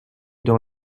dans